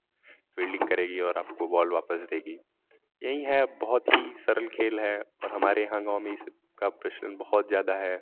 fielding करेगी और आपको बॉल वापस देगी यहीं हैं बहुत ही सरल खेल है और हमारे यहाँ गाँव में इसका प्रचलन बहुत ज़्यादा है